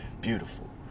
beautiful